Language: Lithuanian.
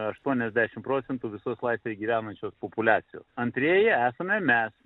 aštuoniasdešimt procentų visos laisvėje gyvenančios populiacijos antrieji esame mes